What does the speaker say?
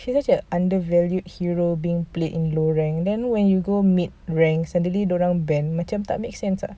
he's such an undervalued hero being played in low rank then when you go meet ranks suddenly dia orang ban macam tak make sense lah